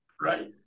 Right